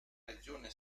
regione